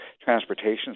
transportation